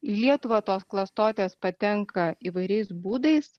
į lietuvą tos klastotės patenka įvairiais būdais